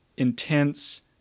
intense